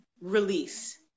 release